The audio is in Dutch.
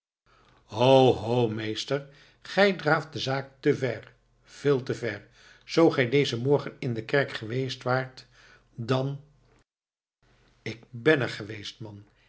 ho ho meester gij drijft de zaak te ver veel te ver zoo gij dezen morgen in de kerk geweest waart dan ik ben er geweest man